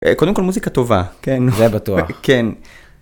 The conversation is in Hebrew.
קודם כל מוזיקה טובה. כן. זה בטוח. כן.